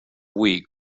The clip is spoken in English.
wheat